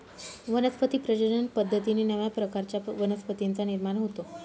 वनस्पती प्रजनन पद्धतीने नव्या प्रकारच्या वनस्पतींचा निर्माण होतो